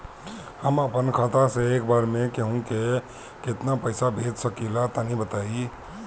हम आपन खाता से एक बेर मे केंहू के केतना पईसा भेज सकिला तनि बताईं?